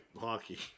hockey